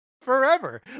forever